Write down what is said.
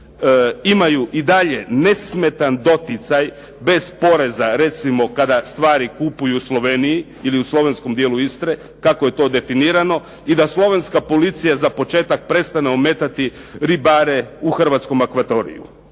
imaju i dalje nesmetan doticaj bez poreza recimo kada stvari kupuju u Sloveniji ili u slovenskom dijelu Istre kako je to definirano i da slovenska policija za početak prestane ometati ribare u hrvatskom akvatoriju.